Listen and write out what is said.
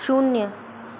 शून्य